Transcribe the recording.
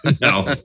no